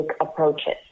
approaches